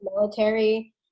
military